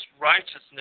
righteousness